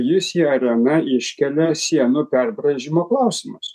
jis į areną iškelia sienų perbraižymo klausimus